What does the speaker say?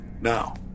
Now